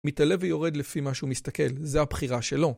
מתעלה ויורד לפי מה שהוא מסתכל, זה הבחירה שלו.